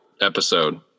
episode